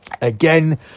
Again